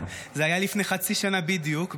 זה היה לפני חצי שנה בדיוק,